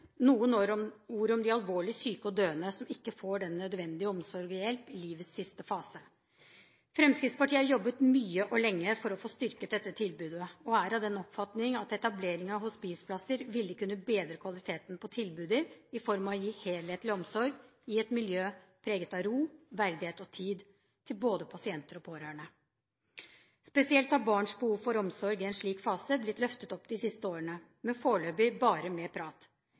noen ord om de alvorlig syke og døende som ikke får den nødvendige omsorg og hjelp i livets siste fase: Fremskrittspartiet har jobbet mye og lenge for å få styrket dette tilbudet, og er av den oppfatning at etablering av hospiceplasser ville kunnet bedre kvaliteten på tilbudet i form av å gi helhetlig omsorg i et miljø preget av ro, verdighet og tid til både pasienter og pårørende. Spesielt har barns behov for omsorg i en slik fase blitt løftet opp de siste årene, men foreløpig bare med prat.